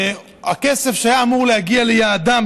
והכסף שהיה אמור להגיע ליעדו,